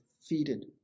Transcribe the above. defeated